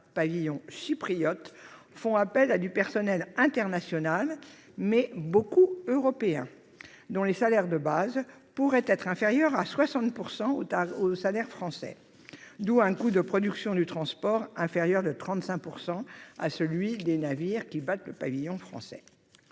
pavillon chypriote, font appel à du personnel international, mais aussi beaucoup européen, dont les salaires de base pourraient être inférieurs de 60 % aux salaires français. En conséquence, leur coût de production du transport serait inférieur de 35 % à celui des navires battant pavillon français.